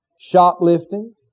shoplifting